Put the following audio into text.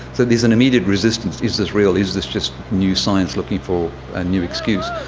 so there's an immediate resistance is this real, is this just new science looking for a new excuse?